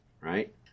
right